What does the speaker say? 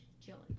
chilling